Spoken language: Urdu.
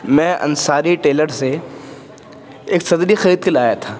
میں انصاری ٹیلر سے ایک صدری خرید کے لایا تھا